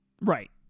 Right